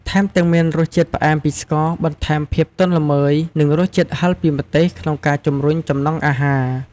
ថែមទាំងមានរសជាតិផ្អែមពីស្ករ បន្ថែមភាពទន់ល្មើយ និងរសជាតិហឹរពីម្ទេស ក្នុងការជំរុញចំណង់អាហារ។